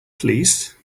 police